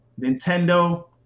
Nintendo